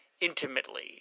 intimately